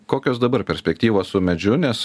kokios dabar perspektyvos su medžiu nes